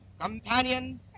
companion